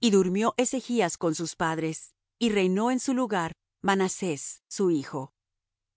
y durmió manahem con sus padres y reinó en su lugar pekaía su hijo